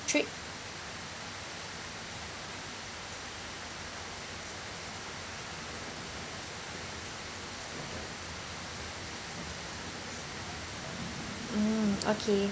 trip mm okay